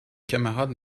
camarades